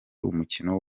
umukino